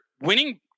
winning